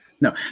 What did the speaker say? No